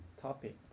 topic